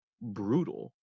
brutal